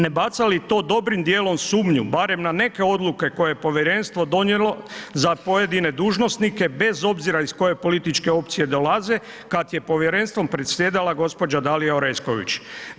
Ne baca li to dobrim dijelom sumnju barem na neke odluke koje je povjerenstvo donijelo za pojedine dužnosnike bez obzira iz koje političke opcije dolaze kad je povjerenstvom presjedala gđa. Dalija Orešković?